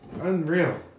Unreal